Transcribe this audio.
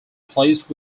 placed